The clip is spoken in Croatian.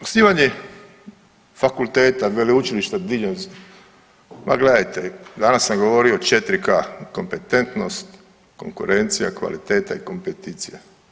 Osnivanje fakulteta, veleučilišta diljem, ma gledajte, danas sam govorio o 4K, kompetentnost, konkurencija, kvaliteta i kompeticija.